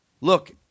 look